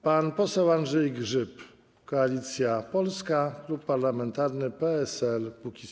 Pan poseł Andrzej Grzyb, Koalicja Polska, klub parlamentarny PSL - Kukiz15.